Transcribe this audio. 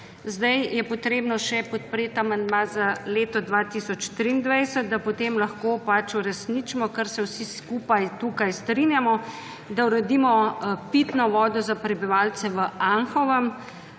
Zdaj je treba podpreti še amandma za leto 2023, da potem lahko uresničimo, s čimer se vsi skupaj tukaj strinjamo, in uredimo pitno vodo za prebivalce v Anhovem.